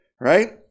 right